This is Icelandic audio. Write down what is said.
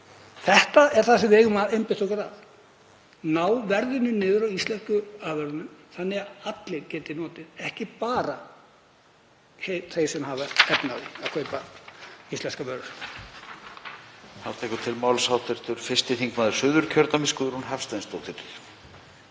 Þetta er það sem við eigum að einbeita okkur að, ná verðinu niður á íslenskum afurðum þannig að allir geti notið, ekki bara þeir sem hafa efni á að kaupa íslenskar vörur.